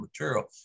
material